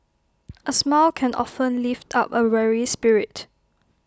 A smile can often lift up A weary spirit